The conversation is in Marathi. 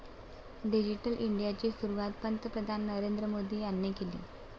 डिजिटल इंडियाची सुरुवात पंतप्रधान नरेंद्र मोदी यांनी केली